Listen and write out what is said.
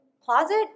closet